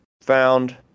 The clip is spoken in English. found